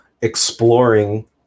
exploring